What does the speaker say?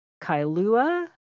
Kailua